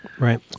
Right